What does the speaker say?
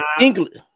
English